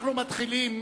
אנחנו מתחילים